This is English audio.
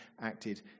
acted